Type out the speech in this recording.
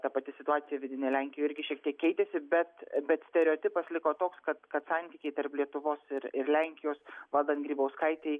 ta pati situacija vidinė lenkijoj irgi šiek tiek keitėsi bet bet stereotipas liko toks kad kad santykiai tarp lietuvos ir ir lenkijos valdant grybauskaitei